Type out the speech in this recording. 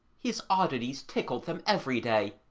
his oddities tickled them every day,